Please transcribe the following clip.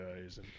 guys